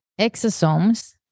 exosomes